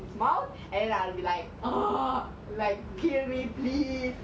mouth and I'll be like ugh like kill me please